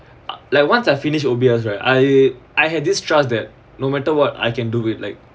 like once I finish O_B_S right I I had this trust that no matter what I can do it like